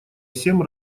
всем